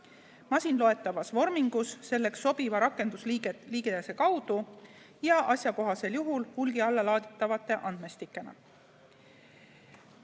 masinloetavas vormingus selleks sobiva rakendusliidese kaudu ja asjakohasel juhul hulgi alla laaditavate andmestikena.